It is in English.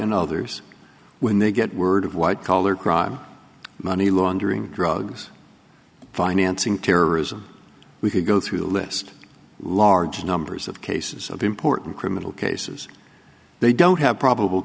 and others when they get word of white collar crime money laundering drugs financing terrorism we could go through the list large numbers of cases of important criminal cases they don't have probable